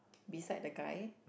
beside the guy